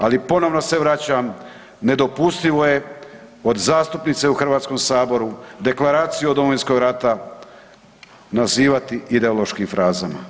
Ali ponovno se vraćam nedopustivo je od zastupnice u Hrvatskom saboru Deklaraciju o Domovinskom ratu nazivati ideološkim frazama.